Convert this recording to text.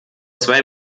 zwei